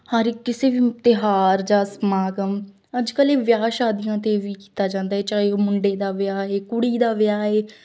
ਹਰ ਕਿਸੇ ਵੀ ਤਿਉਹਾਰ ਜਾਂ ਸਮਾਗਮ ਅੱਜ ਕੱਲ੍ਹ ਇਹ ਵਿਆਹ ਸ਼ਾਦੀਆਂ 'ਤੇ ਵੀ ਕੀਤਾ ਜਾਂਦਾ ਏ ਚਾਹੇ ਉਹ ਮੁੰਡੇ ਦਾ ਵਿਆਹ ਏ ਕੁੜੀ ਦਾ ਵਿਆਹ ਏ